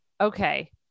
Okay